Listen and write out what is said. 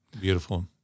Beautiful